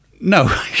No